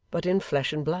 but in flesh and blood,